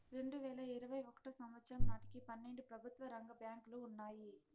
రెండువేల ఇరవై ఒకటో సంవచ్చరం నాటికి పన్నెండు ప్రభుత్వ రంగ బ్యాంకులు ఉన్నాయి